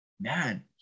man